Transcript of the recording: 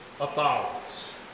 authorities